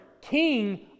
king